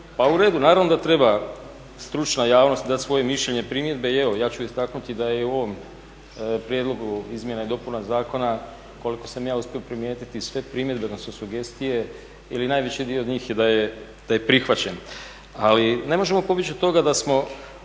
Pa u redu, naravno da treba stručna javnosti dati svoje mišljenje i primjedbe i evo ja ću istaknuti da je i u ovom prijedlogu izmjena i dopuna zakona koliko sam ja uspio primijetiti i sve primjedbe odnosno sugestije ili najveći dio njih da je prihvaćen. Ali ne možemo pobjeći od toga da smo